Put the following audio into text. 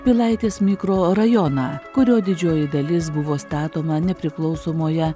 pilaitės mikrorajoną kurio didžioji dalis buvo statoma nepriklausomoje